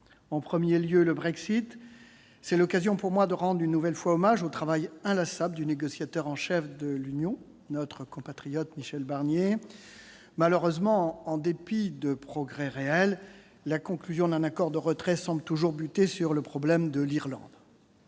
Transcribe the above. En premier lieu sera discuté le Brexit. C'est l'occasion pour moi de rendre une nouvelle fois hommage au travail inlassable du négociateur en chef de l'Union, notre compatriote Michel Barnier. Malheureusement, en dépit de progrès réels, la conclusion d'un accord de retrait semble toujours buter sur le problème de l'Irlande.